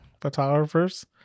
photographers